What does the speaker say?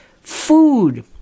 food